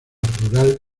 rural